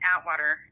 Atwater